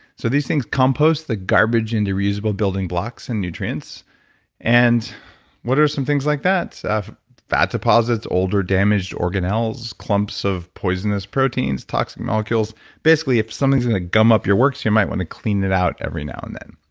so these things compost the garbage into reusable building blocks and nutrients and what are some things like that? fat deposits, older, damaged organelles, clumps of poisonous proteins, toxic molecules basically if something's going to gum up your works you might want to clean it out every now and then.